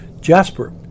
Jasper